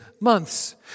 months